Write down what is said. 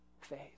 faith